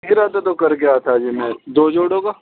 ارادہ تو کر کے آتا ہے جی دو جوڑوں کا